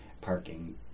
parking